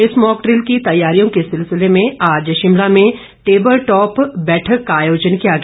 इस मॉकड़िल की तैयारियों के सिलसिले में आज शिमला में टेबलटॉप बैठक का आयोजन किया गया